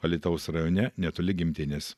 alytaus rajone netoli gimtinės